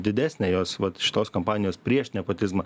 didesnę jos vat šitos kampanijos prieš nepotizmą